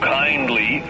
kindly